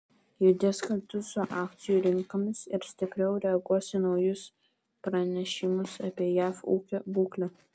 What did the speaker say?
judės kartu su akcijų rinkomis ir stipriau reaguos į naujus pranešimus apie jav ūkio būklę